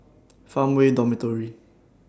Farmway Dormitory